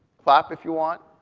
clap if you want.